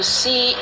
see